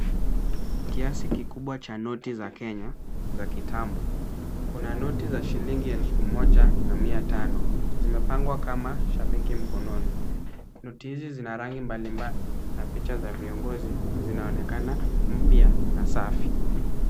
Kiasi kikubwa cha noti za Kenya za kitambo. Kuna noti za shilingi elfu moja na mia tano. Zimepangwa kama shabiki mkononi. Noti hizi zina rangi mbalimbali na picha za viongozi zinaonekana mpya na safi.